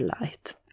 light